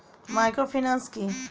Microfinance কি?